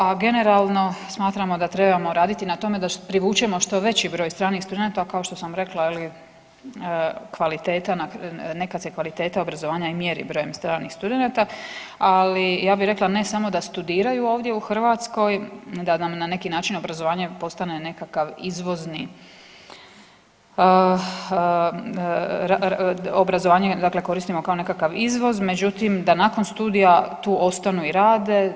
A generalno smatramo da trebamo raditi na tome da privučemo što veći broj stranih studenata kao što sam rekla je li kvaliteta na, nekad se kvaliteta obrazovanja i mjeri brojem stranih studenata, ali ja bi rekla ne samo da studiraju ovdje u Hrvatskoj da nam na neki način obrazovanje postane nekakav izvozni, obrazovanje koristimo kao nekakav izvoz, međutim da nakon studija tu ostanu i rade.